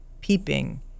peeping